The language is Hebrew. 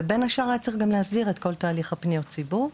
ובין השאר גם היה צריך להסדיר את כל התהליך של פניות הציבור.